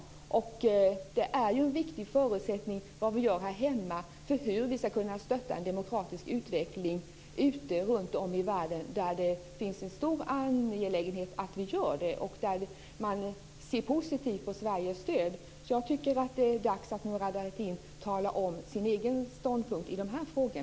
Vad vi gör här hemma är ju en viktig förutsättning för möjligheten att stötta en demokratisk utveckling runtom i världen, där man ser positivt på Sveriges stöd. Jag tycker alltså att det är dags att Murad Artin talar om sin egen ståndpunkt i dessa frågor.